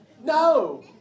No